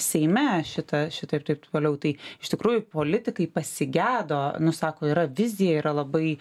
seime šitą šitą taip toliau tai iš tikrųjų politikai pasigedo nu sako yra vizija yra labai